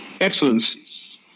Excellencies